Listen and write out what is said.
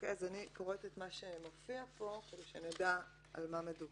אני קוראת את מה שמופיע בו כדי שנדע על מה מדובר.